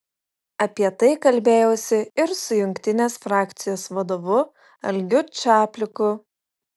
apie tai kalbėjausi ir su jungtinės frakcijos vadovu algiu čapliku